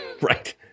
right